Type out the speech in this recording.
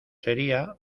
sería